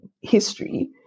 history